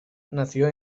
nació